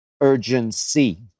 Urgency